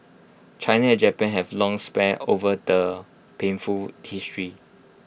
China and Japan have long sparred over their painful history